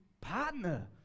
partner